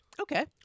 Okay